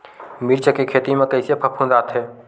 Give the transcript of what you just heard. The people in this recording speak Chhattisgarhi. मिर्च के खेती म कइसे फफूंद आथे?